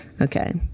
Okay